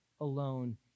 alone